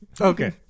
Okay